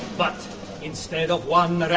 but instead of one but